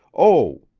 oh,